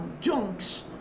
junks